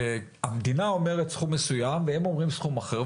המדינה אומרת סכום מסוים והם אומרים סכום אחר,